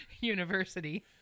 university